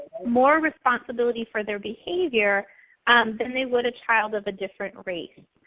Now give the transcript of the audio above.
more responsibility for their behavior than they would a child of a difference race.